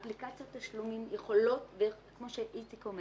אפליקציות תשלומים יכולות כמו שאיציק אומר